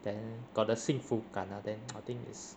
then got the 幸福感 ah then I think it's